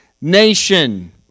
nation